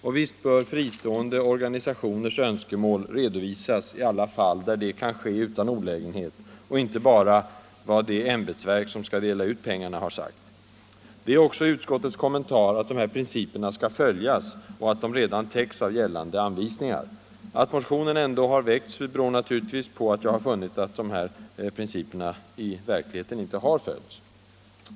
Och visst bör fristående organisationers önskemål redovisas i alla fall där det kan ske utan olägenhet, och inte bara vad det ämbetsverk som skall dela ut pengarna har sagt. Det är också utskottets kommentar, att de här principerna skall följas och att de redan täcks av gällande anvisningar. Att motionen ändå har väckts beror naturligtvis på att jag har funnit att de här riktlinjerna i verkligheten inte har följts.